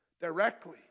directly